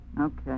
Okay